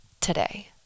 today